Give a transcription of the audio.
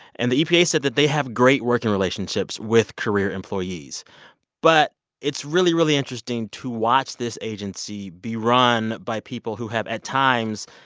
and the epa said that they have great working relationships with career employees but it's really, really interesting to watch this agency be run by people who have, at times,